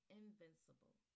invincible